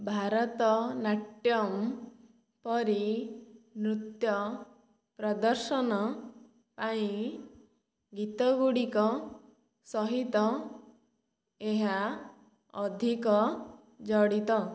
ଭାରତନାଟ୍ୟମ୍ ପରି ନୃତ୍ୟ ପ୍ରଦର୍ଶନ ପାଇଁ ଗୀତଗୁଡ଼ିକ ସହିତ ଏହା ଅଧିକ ଜଡ଼ିତ